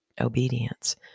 obedience